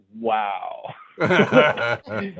wow